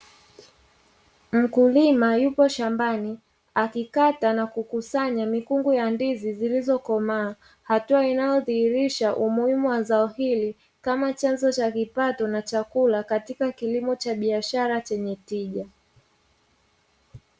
Mkulima yupo shambani akikata na kukusanya mikungu ya ndizi zilizokomaa, hatua inayodhihirisha umuhimu wa zao hili kama chanzo cha kipato na chakula katika kilimo cha biashara chenye tija.